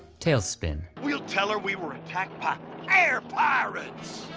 talespin. we'll tell her we were attacked by air pirates!